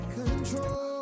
control